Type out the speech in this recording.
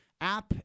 app